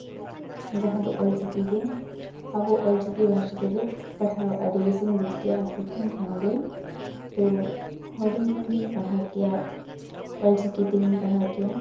ᱡᱟᱦᱟᱸ ᱫᱚ ᱚᱞ ᱪᱤᱠᱤ ᱜᱮ ᱟᱵᱚ ᱚᱞ ᱪᱤᱠᱤ ᱵᱷᱟᱥᱟ ᱛᱮᱜᱮ ᱯᱟᱲᱦᱟᱣ ᱟᱹᱰᱤ ᱵᱮᱥᱤᱧ ᱵᱩᱡᱽ ᱠᱮᱭᱟ ᱦᱚᱯᱚᱱ ᱠᱷᱚᱱ ᱜᱮ ᱛᱚ ᱦᱩᱰᱤᱧ ᱠᱷᱚᱱᱜᱤᱧ ᱯᱟᱲᱦᱟᱣ ᱠᱮᱭᱟ ᱚᱞ ᱪᱤᱠᱤ ᱛᱮᱜᱮᱧ ᱯᱟᱲᱦᱟᱣ ᱠᱮᱭᱟ